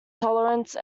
tolerance